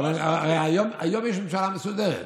אבל היום יש ממשלה מסודרת,